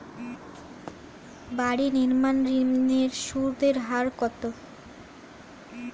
বাড়ি নির্মাণ ঋণের সুদের হার কত?